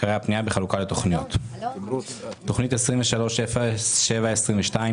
תכנית 23-07-22,